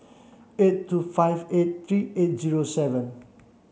eight two five eight three eight zero seven